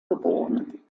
geboren